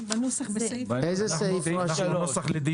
על אף האמור בסעיף קטן (ב),ראה השר כי בעל הרישיון פועל